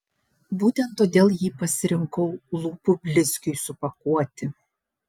būtent todėl jį pasirinkau lūpų blizgiui supakuoti